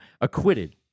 acquitted